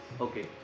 okay